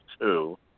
two